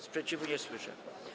Sprzeciwu nie słyszę.